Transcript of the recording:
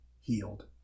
healed